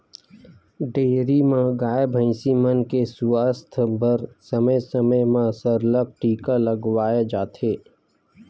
dairy म गाय, भइसी मन के सुवास्थ बर समे समे म सरलग टीका लगवाए जाथे